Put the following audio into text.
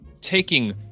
taking